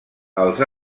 els